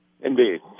indeed